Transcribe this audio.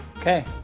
Okay